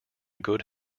good